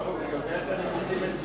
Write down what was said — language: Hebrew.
הוא יודע את הנימוקים